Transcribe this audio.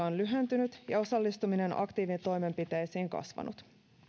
on lyhentynyt ja osallistumisensa aktiivitoimenpiteisiin kasvanut